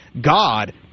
God